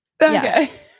okay